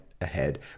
ahead